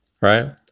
Right